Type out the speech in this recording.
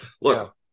look